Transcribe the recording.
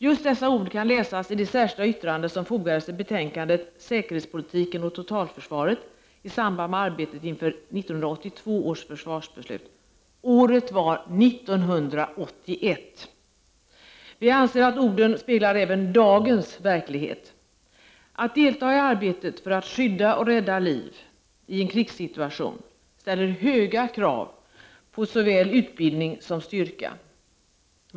Just dessa ord kan läsas i det särskilda yttrande som fogades till betänkandet Säkerhetspolitiken och totalförsvaret, i samband med arbetet inför 1982 års försvarsbeslut. Året var 1981. Vi anser att orden speglar även dagens verklighet. Att delta i arbetet för att skydda och rädda liv i en krigssituation ställer höga krav på såväl utbildning som styrka.